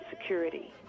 security